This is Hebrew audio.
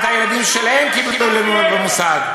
גם את הילדים שלהם קיבלו ללמוד במוסד.